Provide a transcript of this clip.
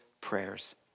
prayers